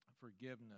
forgiveness